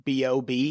bob